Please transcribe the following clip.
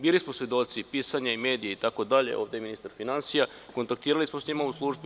Bili smo svedoci pisanja i medija itd, ovde je ministar finansija, kontaktirali smo sa njima u službi.